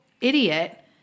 idiot